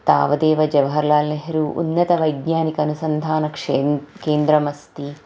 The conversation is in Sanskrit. तावदेव जवहर्लाल् नेहरु उन्नतवैज्ञानिक अनुसन्धानक्षेत्रं केन्द्रम् अस्ति